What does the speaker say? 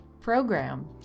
program